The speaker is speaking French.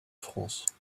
france